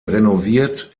renoviert